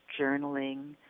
journaling